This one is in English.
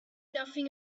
nothing